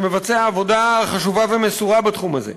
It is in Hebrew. שמבצע עבודה חשובה ומסורה בתחום הזה.